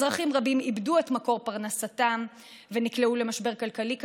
אזרחים רבים איבדו את מקור פרנסתם ונקלעו למשבר כלכלי קשה,